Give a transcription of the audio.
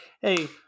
hey